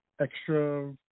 extra